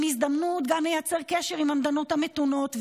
הם הזדמנות גם לייצר קשר עם המדינות המתונות,